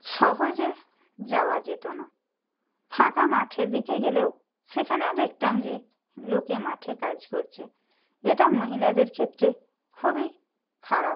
সহজে যাওয়া যেতো না ফাঁকা মাঠের দিকে গেলেও সেখানেও দেখতাম যে লোকে মাঠে কাজ করচে এটা মহিলাদের ক্ষেত্রে খুবই খারাপ